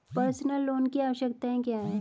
Personal loan की आवश्यकताएं क्या हैं?